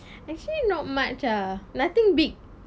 actually not much ah nothing big